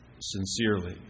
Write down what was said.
sincerely